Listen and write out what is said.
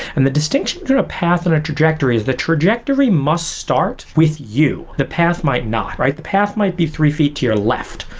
and the distinction through a path and a trajectory is the trajectory must start with you. the path might not, right? the path might be three feet to your left,